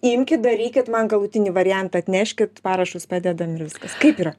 imkit darykit man galutinį variantą atneškit parašus padedam viskas kaip yra